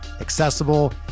accessible